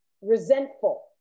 resentful